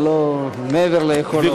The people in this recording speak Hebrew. זה מעבר ליכולות.